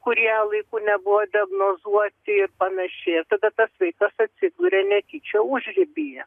kurie laiku nebuvo diagnozuoti ir panašiai tada tas vaikas atsiduria netyčia užribyje